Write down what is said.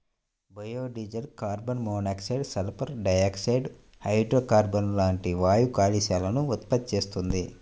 biodiesel carbon monoxide, sulphur dioxide, హైడ్రోకార్బన్లు లాంటి వాయు కాలుష్యాలను ఉత్పత్తి చేస్తుంది